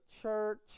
church